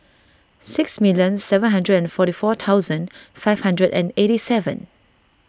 six million seven hundred and forty four thousand five hundred and eighty seven